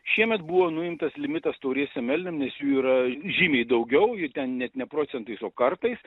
šiemet buvo nuimtas limitas tauriesiem elniam nes jų yra žymiai daugiau ir ten net ne procentais o kartais